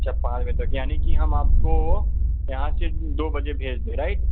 अच्छा पाँच बजे तक यानी कि हम आपको यहाँ से दो बजे भेज दें राइट